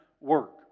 work